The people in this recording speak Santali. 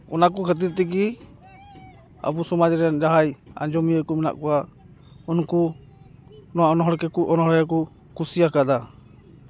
ᱚᱱᱟ ᱠᱚ ᱠᱷᱟᱹᱛᱤᱨ ᱛᱮᱜᱮ ᱟᱵᱚ ᱥᱚᱢᱟᱡᱽ ᱨᱮᱱ ᱡᱟᱦᱟᱸᱭ ᱟᱸᱡᱚᱢᱤᱭᱟᱹ ᱠᱚ ᱢᱮᱱᱟᱜ ᱠᱚᱣᱟ ᱩᱱᱠᱩ ᱱᱚᱣᱟ ᱚᱱᱚᱬᱦᱮ ᱠᱚ ᱚᱱᱚᱬᱦᱮ ᱜᱮᱠᱚ ᱠᱩᱥᱤᱭᱟᱠᱟᱫᱟ